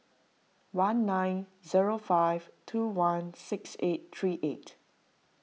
one nine zero five two one six eight three eight